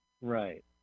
Right